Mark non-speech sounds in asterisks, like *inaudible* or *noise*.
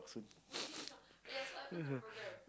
*laughs*